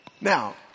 Now